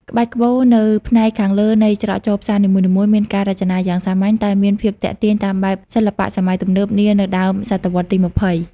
ក្បាច់ក្បូរនៅផ្នែកខាងលើនៃច្រកចូលផ្សារនីមួយៗ មានការរចនាយ៉ាងសាមញ្ញតែមានភាពទាក់ទាញតាមបែបសិល្បៈសម័យទំនើបនានៅដើមសតវត្សរ៍ទី ២០។